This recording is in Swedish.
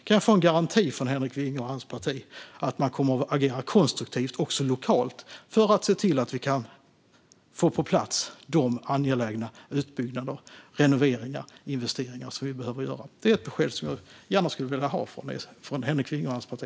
Kan jag få en garanti från Henrik Vinge och hans parti att man kommer att agera konstruktivt också lokalt för att se till att få på plats de angelägna utbyggnader, renoveringar och investeringar som behöver göras? Det är ett besked jag gärna vill ha från Henrik Vinge och hans parti.